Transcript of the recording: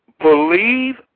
believe